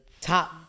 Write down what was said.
top